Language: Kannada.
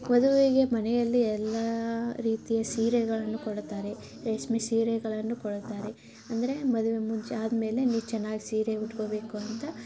ವಧುವಿಗೆ ಮನೆಯಲ್ಲಿ ಎಲ್ಲ ರೀತಿ ಸೀರೆಗಳನ್ನು ಕೊಡುತ್ತಾರೆ ರೇಷ್ಮೆ ಸೀರೆಗಳನ್ನು ಕೊಡುತ್ತಾರೆ ಅಂದರೆ ಮದುವೆ ಮುಂಚೆ ಆದಮೇಲೆ ನೀ ಚೆನ್ನಾಗಿ ಸೀರೆ ಉಟ್ಕೊಬೇಕು ಅಂತ